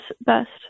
best